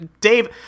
Dave